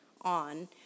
on